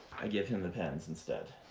i give him the pens instead.